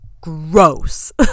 gross